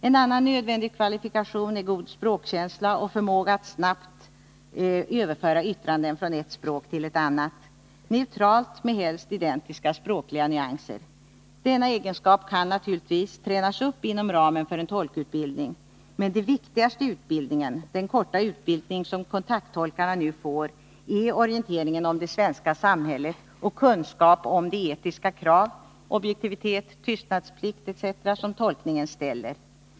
En annan nödvändig kvalifikation är god språkkänsla och förmåga att snabbt överföra yttranden från ett språk till ett annat — neutralt och med helst identiska språkliga nyanser. Denna egenskap kan naturligtvis tränas upp inom ramen för en tolkutbildning, men det viktigaste i utbildningen — den korta utbildning som kontakttolkarna nu får — är orienteringen om det svenska samhället och kunskap om de etiska krav och de krav på objektivitet, tystnadsplikt etc. som tolkningen ställer.